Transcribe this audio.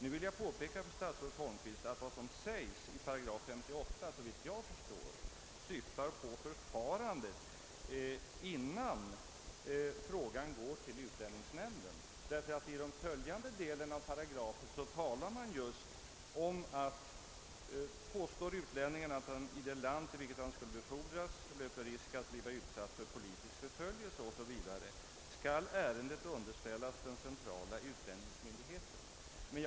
Nu vill jag påpeka för statsrådet Holmqvist att vad som sägs i 58 §, såvitt jag förstår, syftar på förfarandet innan frågan går till utlänningsnämnden. I fortsättningen av paragrafen heter det nämligen: »Påstår utlänningen att han i det land, till vilket han skulle befordras, löper risk att bliva utsatt för politisk förföljelse skall ärendet underställas den centrala utlänningsmyndigheten».